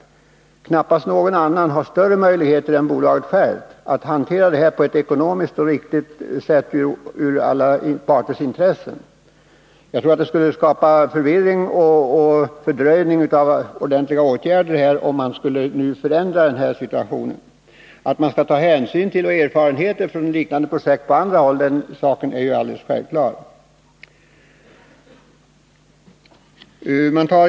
Och knappast någon annan har större möjligheter än bolaget självt att hantera frågan på ett ekonomiskt och riktigt sätt med tanke på alla parters intressen. Jag tror att det skulle bli förvirring och skapa en fördröjning av ordentliga åtgärder om man nu skulle förändra situationen. Att man skall ta hänsyn till erfarenheter från liknande projekt på andra håll är ju helt självklart.